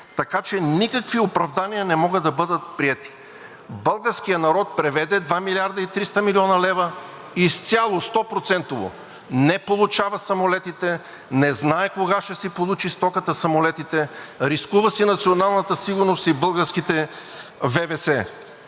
Така че никакви оправдания не могат да бъдат приети. Българският народ преведе 2 млрд. и 300 млн. лв. изцяло, 100-процентово – не получава самолетите, не знае кога ще си получи стоката – самолетите, рискува си националната сигурност и българските ВВС!